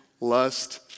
lust